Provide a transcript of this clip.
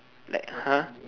like !huh!